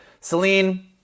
Celine